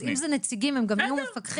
אז אם אלה נציגים הם גם יהיו מפקחים.